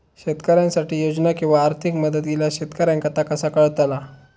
शेतकऱ्यांसाठी योजना किंवा आर्थिक मदत इल्यास शेतकऱ्यांका ता कसा कळतला?